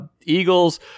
Eagles